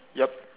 yup